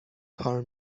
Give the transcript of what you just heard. کار